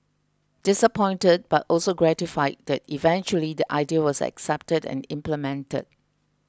disappointed but also gratified that eventually the idea was accepted and implemented